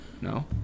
No